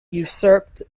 usurped